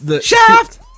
Shaft